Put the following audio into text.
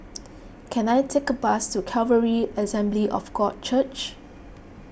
can I take a bus to Calvary Assembly of God Church